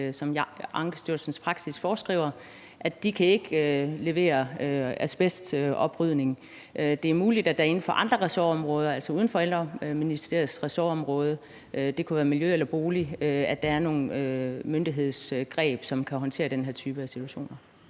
at Ankestyrelsens praksis foreskriver, at de ikke kan levere asbestoprydning. Det er muligt, at der inden for andre ressortområder, altså uden for Ældreministeriets ressortområde – det kunne være på miljø- eller boligområdet – er nogle myndighedsgreb, som kan håndtere den her type situationer.